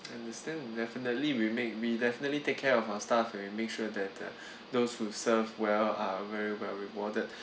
I understand definitely we make we definitely take care of our staff and make sure that uh those who serve well are very well rewarded